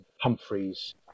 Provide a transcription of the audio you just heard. humphreys